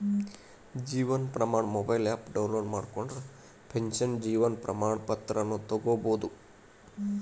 Jeevan Pramaan mobile app download ಮಾಡ್ಕೊಂಡ್ರ pension Jeevan Pramaan ಪತ್ರಾನ ತೊಕ್ಕೊಬೋದು